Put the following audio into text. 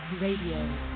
Radio